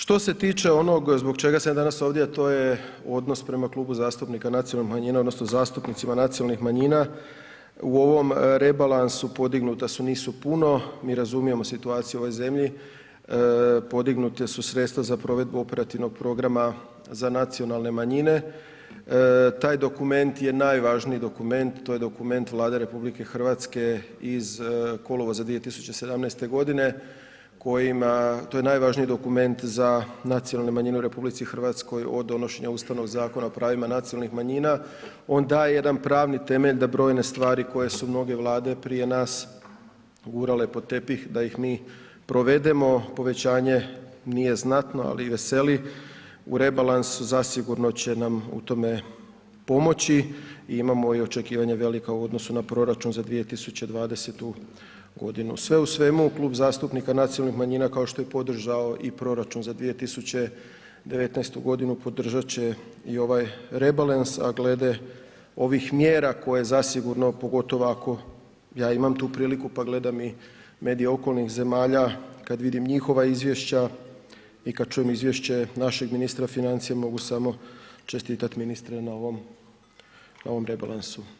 Što se tiče onog zbog čega sam ja danas ovdje, a to je odnos prema Klubu zastupnika nacionalnih manjina odnosno zastupnicima nacionalnih manjima u ovom rebalansu podignuta su, nisu puno, mi razumijemo situaciju u ovoj zemlji, podignuta su sredstva za provedbu operativnog programa za nacionalne manjine, taj dokument je najvažniji dokument, to je dokument Vlade RH iz kolovoza 2017.g. kojim, to je najvažniji dokument za nacionalne manjine u RH od donošenja Ustavnog zakona o pravima nacionalnih manjima, on daje jedan pravni temelj da brojne stvari koje su mnoge Vlade prije nas gurale pod tepih da ih mi provedemo, povećanje nije znatno, ali veseli, u rebalansu zasigurno će nam u tome pomoći i imamo i očekivanja velika u odnosu na proračun za 2020.g. Sve u svemu, Klub zastupnika nacionalnih manjina kao što je podržao i proračun za 2019.g., podržat će i ovaj rebalans, a glede ovih mjera koje zasigurno, pogotovo ako, ja imam tu priliku, pa gledam i medije okolnih zemalja, kad vidim njihova izvješća i kad čujem izvješće našeg ministra financija, mogu samo čestitat ministre na ovom, na ovom rebalansu.